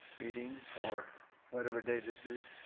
meeting for whatever day this is.